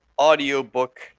audiobook